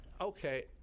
Okay